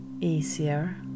easier